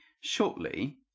shortly